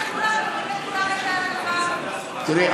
תראי,